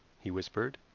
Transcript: he whispered.